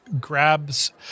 Grabs